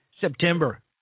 September